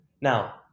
Now